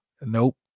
nope